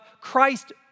Christ